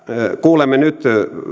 kuulemme nyt